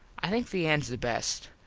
i think the ends the best.